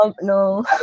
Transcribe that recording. No